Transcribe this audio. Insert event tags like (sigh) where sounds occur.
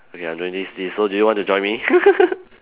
okay I'm doing this this so do you want to join me (laughs)